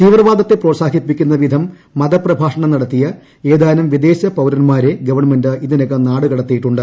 തീവ്രവാദത്തെ പ്രോത്സാഹിപ്പിക്കുന്നവിധം മതപ്രഭാഷണം നടത്തിയ ഏതാനും വിദേശ പൌരന്മാരെ ഗവൺമെന്റ് ഇതിനകം നാടുകടത്തിയിട്ടുണ്ട്